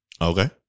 Okay